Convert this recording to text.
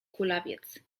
kulawiec